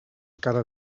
acaba